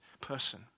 person